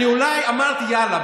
אני אמרתי: ואללה,